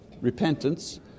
repentance